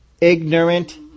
ignorant